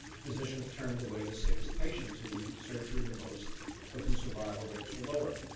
physicians turned away the sickest patients who needed surgery the most but whose survival rates were lower.